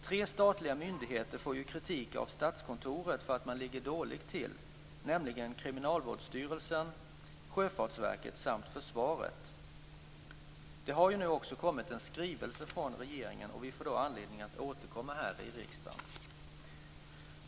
Tre statliga myndigheter får ju kritik av Statskontoret för att man ligger dåligt till: Kriminalvårdsstyrelsen, Sjöfartsverket samt Försvaret. Det har nu också kommit en skrivelse från regeringen och vi får då anledning att återkomma här i riksdagen.